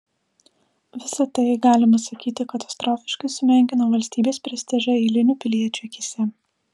visa tai galima sakyti katastrofiškai sumenkino valstybės prestižą eilinių piliečių akyse